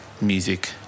music